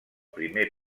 primer